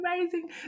amazing